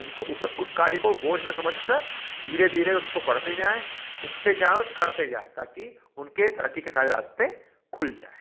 उसको उस उस कार्यो को बोझ न समझकर धीरे धीरे उसको पढ़ते जाएँ सीखते जाएँ और करते जाएँ ताकि उनके तरक्की के सारे रास्ते खुल जाए